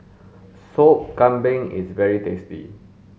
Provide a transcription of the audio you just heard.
soup kambing is very tasty